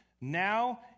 now